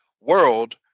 world